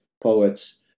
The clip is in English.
poets